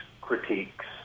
critiques